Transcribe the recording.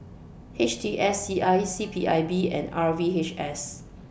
H T S C I C P I B and R V H S